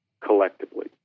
collectively